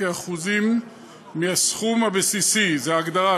כאחוזים מ"הסכום הבסיסי" זו הגדרה.